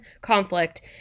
conflict